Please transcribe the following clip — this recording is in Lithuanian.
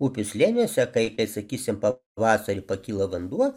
upių slėniuose kaip sakysim pavasarį pakyla vanduo